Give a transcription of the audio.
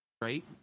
right